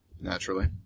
Naturally